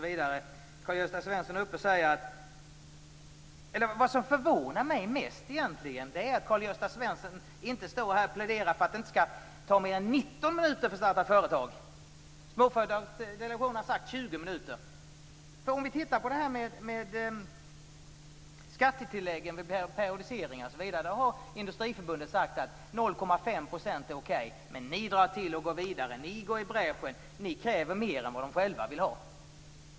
Vad som förvånar mig mest är att Karl-Gösta Svenson inte står här och pläderar för att det bara skall ta 19 minuter att starta ett företag. Småföretagardelegationen har sagt 20 minuter. Vi kan se på detta med skattetilläggen för periodiseringar osv. Industriförbundet har sagt 0,5 % är okej. Men moderaterna går i bräschen och kräver mer än Industriförbundet vill ha.